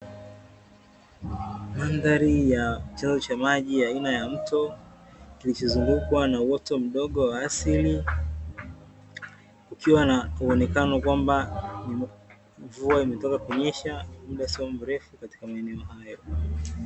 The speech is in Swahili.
Ndani ya chanzo cha maji aina ya mto kilichozungukwa na uoto mdogo wa asili, kukiwa na muonekano kwamba mvua imetoka kunyesha muda sio mrefu katika maneno haya.